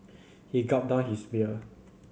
he gulped down his beer